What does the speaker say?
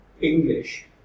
English